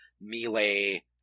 melee